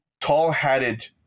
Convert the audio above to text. tall-hatted